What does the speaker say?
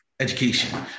education